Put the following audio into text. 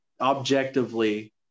objectively